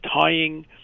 tying